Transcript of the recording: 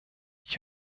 ich